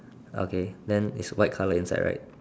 okay then is white colour inside right